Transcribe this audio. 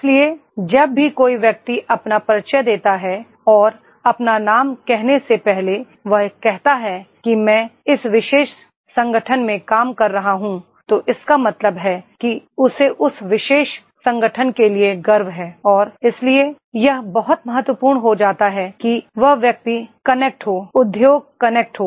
इसलिए जब भी कोई व्यक्ति अपना परिचय देता है और अपना नाम कहने से पहले वह कहता है कि मैं इस विशेष संगठन में काम कर रहा हूं तो इसका मतलब है कि उसे उस विशेष संगठन के लिए गर्व है और इसलिए यह बहुत महत्वपूर्ण हो जाता है कि वह व्यक्ति कनेक्ट हो उद्योग कनेक्ट हो